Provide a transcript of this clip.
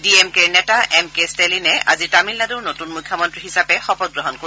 D M কেৰ নেতা M K ষ্টেলিনে আজি তামিলনাডুৰ নতূন মুখ্যমন্ত্ৰী হিচাপে শপত গ্ৰহণ কৰিব